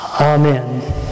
Amen